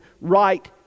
right